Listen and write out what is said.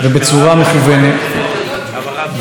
לשמחתי,